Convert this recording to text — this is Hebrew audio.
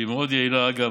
שהיא מאוד יעילה, אגב.